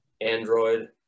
Android